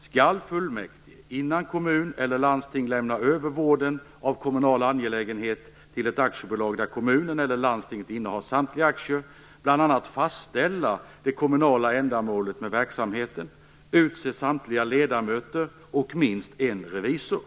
skall fullmäktige, innan en kommun eller ett landsting lämnar över vården av en kommunal angelägenhet till ett aktiebolag där kommunen eller landstinget innehar samtliga aktier, bl.a. fastställa det kommunala ändamålet med verksamheten, utse samtliga ledamöter och minst en revisor.